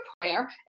prayer